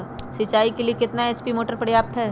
सिंचाई के लिए कितना एच.पी मोटर पर्याप्त है?